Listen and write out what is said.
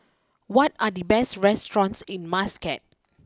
what are the best restaurants in Muscat